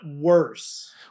worse